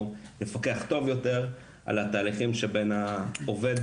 לפקח טוב יותר על התהליכים שבין העובד